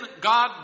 God